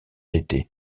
été